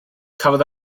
cafodd